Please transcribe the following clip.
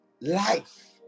life